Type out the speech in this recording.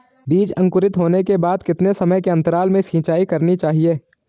बीज अंकुरित होने के बाद कितने समय के अंतराल में सिंचाई करनी चाहिए?